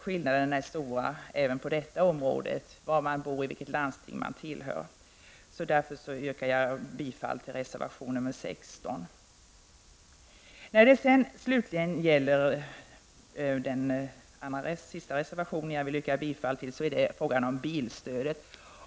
Skillnaderna är stora även på detta område, som t.ex. var man bor och i vilket landsting man tillhör. Jag yrkar därför bifall till reservation 16. Den sista reservationen jag vill yrka bifall till gäller bilstödet.